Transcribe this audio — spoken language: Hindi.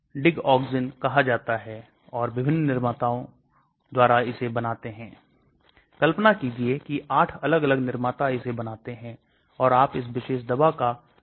इसलिए स्थिरता बहुत महत्वपूर्ण हो जाती है ना केवल अलग अलग pH की स्थिति में बल्कि आपके शरीर के अंदर भी